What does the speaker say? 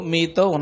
Mito